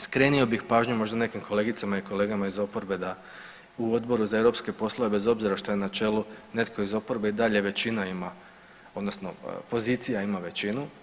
Skrenuo bih pažnju možda nekim kolegicama i kolega iz oporbe da u Odboru za europske poslove bez obzira što je na čelu netko iz oporbe i dalje većina ima odnosno pozicija ima većinu.